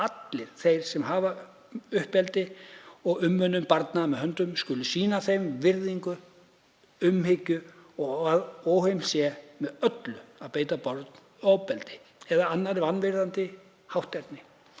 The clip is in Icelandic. allir þeir sem hafi uppeldi og umönnun barna með höndum skuli sýna þeim virðingu og umhyggju og að óheimilt sé með öllu að beita börn ofbeldi eða annarri vanvirðandi háttsemi.